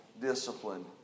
discipline